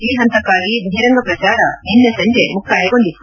ಈ ಹಂತಕ್ಕಾಗಿ ಬಹಿರಂಗ ಪ್ರಚಾರ ನಿನ್ನೆ ಸಂಜೆ ಮುಕ್ತಾಯಗೊಂಡಿತ್ತು